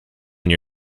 your